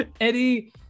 Eddie